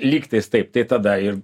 lygtais taip tai tada ir